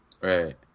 Right